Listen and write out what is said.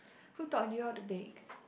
who taught you how to bake